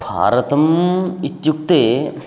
भारतम् इत्युक्ते